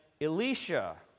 Elisha